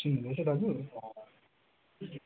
सुन्नु हुँदै छ दाजु